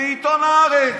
לעיתון הארץ.